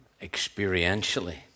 experientially